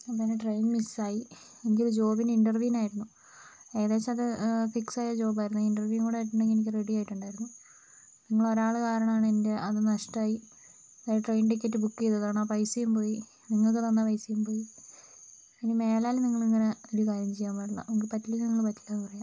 അപ്പോൾ എൻറ്റെ train miss ആയി എനിക്ക് ഒരു ജോബിൻ്റെ ഇൻറ്റെർവ്യൂന് ആയിരുന്നു ഏകദേശം അത് ഫിക്സ് ആയ ജോബ് ആയിരുന്നു ഇൻറ്റെർവ്യൂ കൂടി ആയിട്ടുണ്ടെങ്കിൽ എനിക്ക് റെഡി ആയിട്ടുണ്ടായിരുന്നു നിങ്ങൾ ഒരാൾ കാരണം ആണ് എൻ്റെ അത് നഷ്ടമായി ട്രെയിൻ ടിക്കറ്റ് ബുക്ക് ചെയ്തതാണ് ആ പൈസയും പോയി നിങ്ങൾക്ക് തന്ന പൈസയും പോയി ഇനി മേലാൽ നിങ്ങൾ ഇങ്ങനെ ഒരു കാര്യം ചെയ്യാൻ പാടില്ല നിങ്ങൾക്ക് പറ്റില്ല എങ്കിൽ നിങ്ങൾ പറ്റില്ല എന്ന് പറയാ